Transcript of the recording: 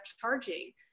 charging